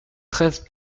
treize